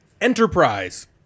enterprise